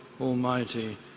Almighty